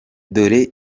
dore